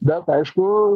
bet aišku